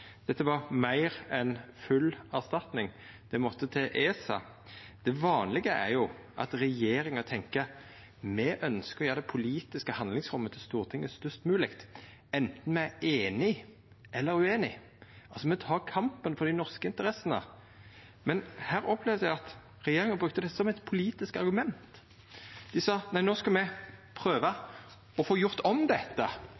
dette var støtte, dette var meir enn full erstatning, det måtte til ESA. Det vanlege er at regjeringa tenkjer: Me ønskjer å gjera det politiske handlingsrommet til Stortinget størst mogleg, anten me er einige eller ueinige, altså at me tek kampen for dei norske interessene. Men her opplevde eg at regjeringa brukte det som eit politisk argument. Dei sa: Nei, no skal me